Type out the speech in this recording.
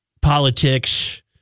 politics